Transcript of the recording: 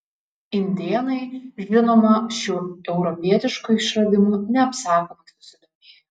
indėnai žinoma šiuo europietišku išradimu neapsakomai susidomėjo